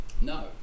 No